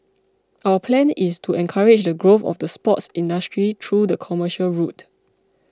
our plan is to encourage the growth of the sports industry through the commercial route